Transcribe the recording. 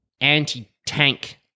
anti-tank